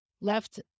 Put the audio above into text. left